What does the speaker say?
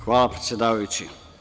Hvala predsedavajući.